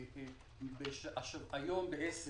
היום בעשר